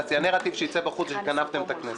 שייצא בחוץ הוא שגנבתם את הכנסת.